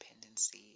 dependency